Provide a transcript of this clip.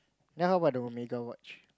then how about the Omega watch